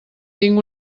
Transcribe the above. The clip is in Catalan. tinc